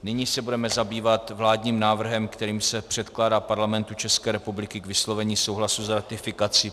Nyní se budeme zabývat vládním návrhem, kterým se předkládá Parlamentu České republiky k vyslovení souhlasu s ratifikací